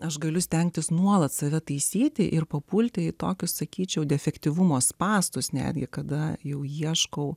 aš galiu stengtis nuolat save taisyti ir papulti į tokius sakyčiau defektyvumo spąstus netgi kada jau ieškau